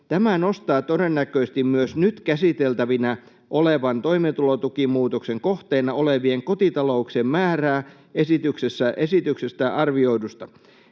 Tämä nostaa todennäköisesti myös nyt käsiteltävänä olevan toimeentulotukimuutoksen kohteena olevien kotitalouksien määrää esityksessä arvioidusta.